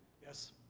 yes.